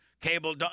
Cable